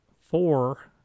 four